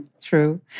True